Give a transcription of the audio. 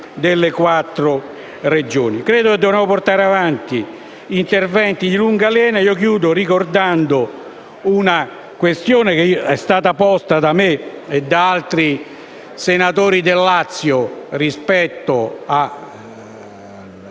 che dobbiamo portare avanti interventi di lunga lena e concludo ricordando una questione che è stata posta da me e da altri senatori del Lazio rispetto alla